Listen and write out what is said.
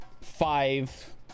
five